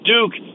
Duke